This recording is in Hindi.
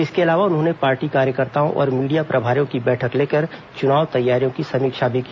इसके अलावा उन्होंने पार्टी कार्यकर्ताओं और मीडिया प्रभारियों की बैठक लेकर चुनाव तैयारियों की समीक्षा भी की